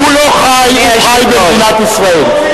הוא חי במדינת ישראל.